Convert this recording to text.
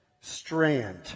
strand